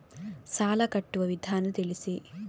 ಸಾಲ ಕಟ್ಟುವ ವಿಧಾನ ತಿಳಿಸಿ?